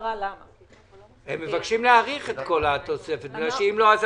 בקצרה למה -- הם מבקשים להאריך את כל התוספת בגלל שאם לא זה,